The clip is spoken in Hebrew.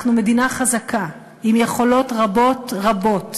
אנחנו מדינה חזקה עם יכולות רבות רבות.